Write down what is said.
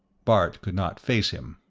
bart could not face him.